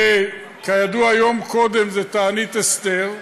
וכידוע יום קודם זה תענית אסתר,